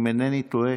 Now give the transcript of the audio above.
אם אינני טועה,